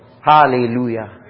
Hallelujah